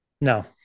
No